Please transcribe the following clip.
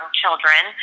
children